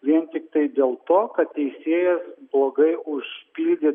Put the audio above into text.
vien tiktai dėl to kad teisėjas blogai užpildė